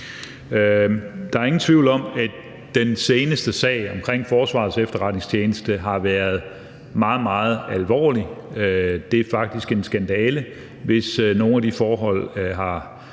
Der er ingen tvivl om, at den seneste sag omkring Forsvarets Efterretningstjeneste har været meget, meget alvorlig. Det er faktisk en skandale, hvis nogen af de forhold,